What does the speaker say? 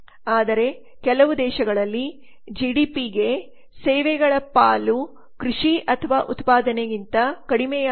ಆದರೆ ಕೆಲವು ದೇಶಗಳಲ್ಲಿ ಜಿಡಿಪಿ ಜಿಡಿಪಿಗೆ ಸೇವೆಗಳ ಪಾಲು ಕೃಷಿ ಅಥವಾ ಉತ್ಪಾದನೆಗಿಂತ ಕಡಿಮೆಯಾಗಿದೆ ಎಂದು ನಾವು ನೋಡುತ್ತೇವೆ